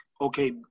okay